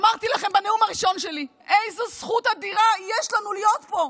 אמרתי לכם בנאום הראשון שלי: איזו זכות אדירה יש לנו להיות פה.